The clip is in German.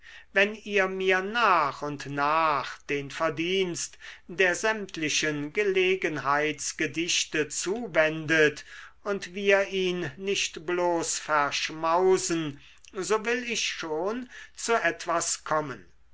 wenn ihr mir nach und nach den verdienst der sämtlichen gelegenheitsgedichte zuwendet und wir ihn nicht bloß verschmausen so will ich schon zu etwas kommen